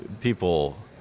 people